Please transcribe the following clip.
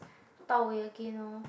Dao-Wei again lor